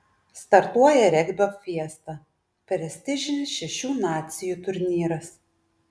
startuoja regbio fiesta prestižinis šešių nacijų turnyras